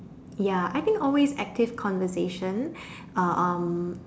ya I think always active conversation uh um